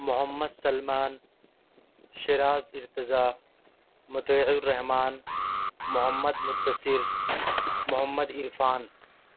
Muhammad Salman Shiraz Irtaza Muti ur Rahman Mohammad Muddassir Mohammad Irfan